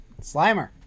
Slimer